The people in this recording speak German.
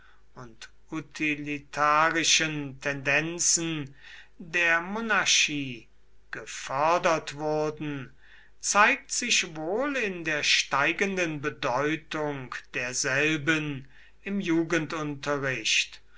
und utilitarischen tendenzen der monarchie gefördert wurden zeigt sich wohl in der steigenden bedeutung derselben im